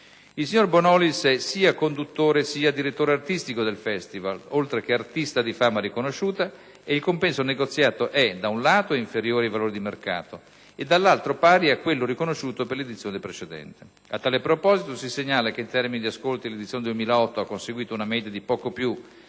Il signor Bonolis è sia conduttore che direttore artistico del Festival, oltre che artista di fama riconosciuta, e il compenso negoziato è, da un lato, inferiore ai valori di mercato e, dall'altro, pari a quello riconosciuto per l'edizione precedente. A tal proposito, si segnala che, in termini di ascolti, l'edizione 2008 ha conseguito una media di poco più di 6 milioni